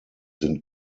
sind